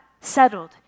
settled